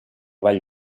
ball